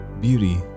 Beauty